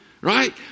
Right